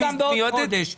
היושב ראש,